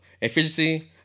Efficiency